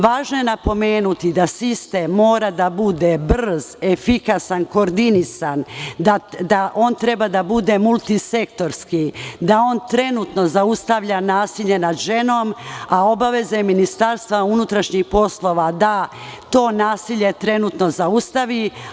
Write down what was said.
Važno je napomenuti da sistem mora da bude brz, efikasan, koordinisan, da treba da bude multisektorski, da trenutno zaustavlja nasilje nad ženom, a obaveza MUP je da to nasilje trenutno zaustavi.